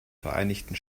vereinigten